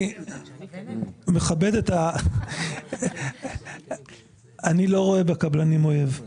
אני מכבד אני לא רואה בקבלנים אויב,